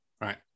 Right